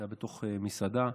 זה בתוך מסעדה.